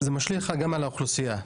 משליך גם על האוכלוסייה,